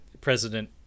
President